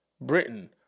Britain